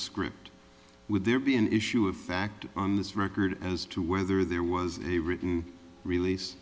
script with there be an issue of fact on this record as to whether there was a written release